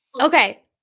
Okay